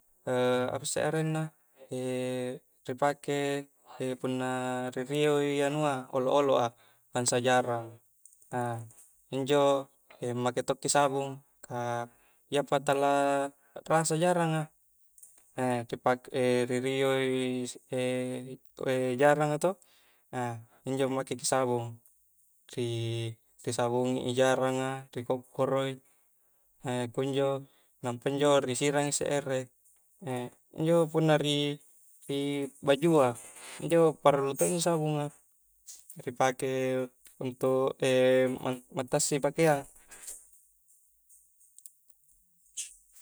apasse arenna ri pake punna ri rio i anua olo-olo a bangsa jarang make tokki sabung ka iyapa tala akrasa jaranga ri pake i ri rio i jaranga to injo make ki sabungi jaranga ri kokkoro i kunjo nampa injo risirang isse ere injo punna ri bajua injo parallu to injo sabung a ri untuk ma-matassi pakeang